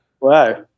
Wow